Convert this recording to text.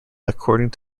according